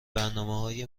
برنامههای